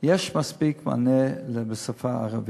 יש מספיק מענה בשפה הערבית.